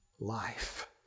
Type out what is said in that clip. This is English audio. life